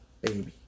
baby